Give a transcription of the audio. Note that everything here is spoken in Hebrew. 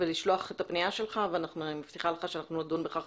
לשלוח את הפנייה שלך ואני מבטיחה לך שנדון בכך